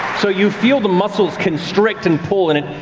so you feel the muscles constrict and pull and it,